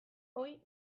ohi